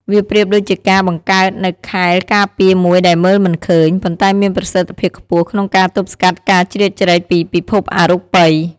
វាប្រៀបដូចជាការបង្កើតនូវខែលការពារមួយដែលមើលមិនឃើញ ប៉ុន្តែមានប្រសិទ្ធភាពខ្ពស់ក្នុងការទប់ស្កាត់ការជ្រៀតជ្រែកពីពិភពអរូបិយ